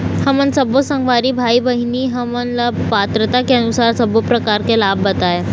हमन सब्बो संगवारी भाई बहिनी हमन ला पात्रता के अनुसार सब्बो प्रकार के लाभ बताए?